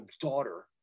daughter